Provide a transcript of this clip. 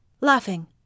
laughing